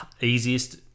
easiest